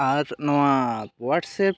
ᱟᱨ ᱱᱚᱣᱟ ᱚᱣᱟᱴᱥᱮᱯ